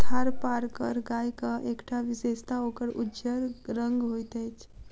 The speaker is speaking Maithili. थारपारकर गायक एकटा विशेषता ओकर उज्जर रंग होइत अछि